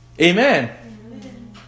Amen